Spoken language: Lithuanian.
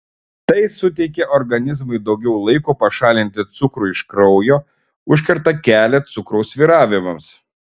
tai suteikia organizmui daugiau laiko pašalinti cukrų iš kraujo užkerta kelią cukraus svyravimams